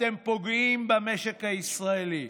אתם פוגעים במשק הישראלי.